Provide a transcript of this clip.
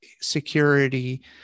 security